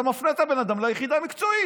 אתה מפנה את הבן אדם ליחידה המקצועית.